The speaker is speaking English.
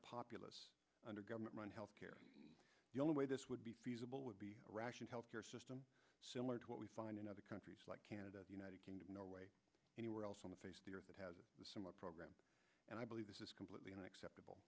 populace under government run health care the only way this would be feasible would be rationed health care system similar to what we find in other countries like canada united kingdom norway anywhere else on the face of the earth that has some a program and i believe this is completely unacceptable